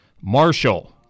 Marshall